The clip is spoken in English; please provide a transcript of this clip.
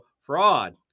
fraud